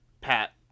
Pat